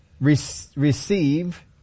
receive